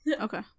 Okay